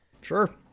Sure